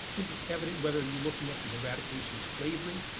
this is evident whether you're looking at the eradication of slavery,